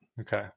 Okay